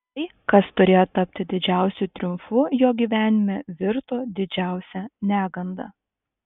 tai kas turėjo tapti didžiausiu triumfu jo gyvenime virto didžiausia neganda